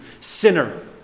sinner